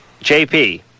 JP